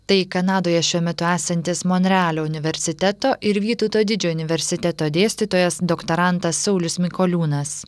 tai kanadoje šiuo metu esantis monrealio universiteto ir vytauto didžiojo universiteto dėstytojas doktorantas saulius mikoliūnas